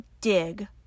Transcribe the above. dig